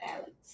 Alex